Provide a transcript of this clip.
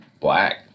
black